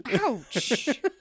Ouch